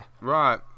Right